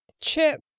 Chip